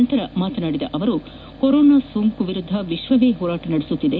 ಬಳಕ ಮಾತನಾಡಿದ ಅವರು ಕೊರೋನಾ ಸೋಂಕು ವಿರುದ್ಧ ವಿಶ್ವವೇ ಹೋರಾಟ ನಡೆಸುತ್ತಿದೆ